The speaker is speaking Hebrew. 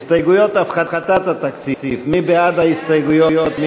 הסתייגויות הפחתת התקציב, מי בעד ההסתייגויות?